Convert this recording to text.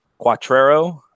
Quattrero